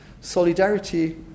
Solidarity